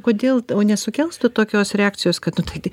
kodėl tau nesukels to tokios reakcijos kad tu tai tik